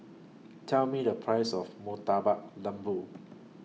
Tell Me The Price of Murtabak Lembu